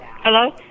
Hello